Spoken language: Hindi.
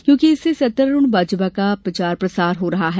क्योंकि इससे सत्तारूढ़ भाजपा का प्रचार प्रसार हो रहा है